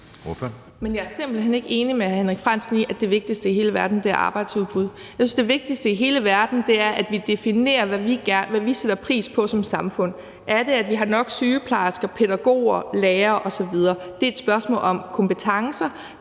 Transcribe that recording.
Jeg er simpelt hen ikke enig med hr. Henrik Frandsen i, at det vigtigste i hele verden er arbejdsudbud. Jeg synes, det vigtigste i hele verden er, at vi definerer, hvad vi sætter pris på som samfund. Er det, at vi har nok sygeplejersker, pædagoger, lærere osv.? Det er et spørgsmål om kompetencer,